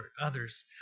others